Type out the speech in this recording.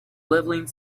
leveling